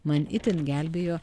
man itin gelbėjo